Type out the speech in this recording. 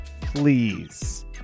Please